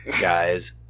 guys